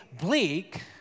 bleak